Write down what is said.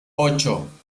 ocho